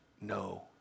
no